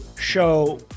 show